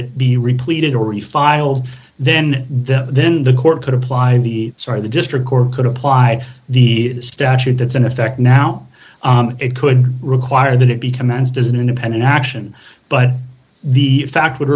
it be replete already filed then the then the court could apply the sar the district court could apply the statute that's in effect now it could require that it be commenced as an independent action but the fact would